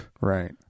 right